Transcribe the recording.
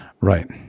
right